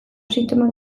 sintomak